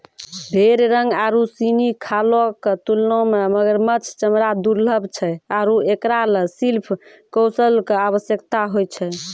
भेड़ रंग आरु सिनी खालो क तुलना म मगरमच्छ चमड़ा दुर्लभ छै आरु एकरा ल शिल्प कौशल कॅ आवश्यकता होय छै